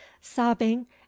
sobbing